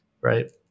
right